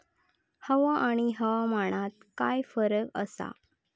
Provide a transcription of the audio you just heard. हवा आणि हवामानात काय फरक असा?